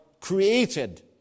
created